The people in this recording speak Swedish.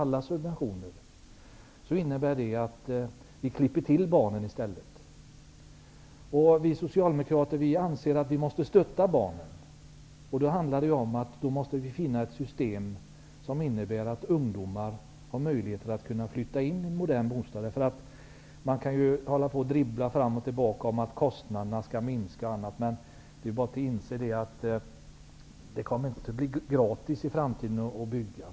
En sådan skulle innebära att vi i stället klipper till barnen. Vi socialdemokrater anser att vi måste stötta barnen. Då måste vi finna ett system som innebär att ungdomar har möjlighet att flytta in i en modern bostad. Man kan hålla på och dribbla fram och tillbaka om att kostnaderna skall minska osv. Men det är bara att inse att det i framtiden inte kommer att vara gratis att bygga.